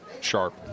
sharp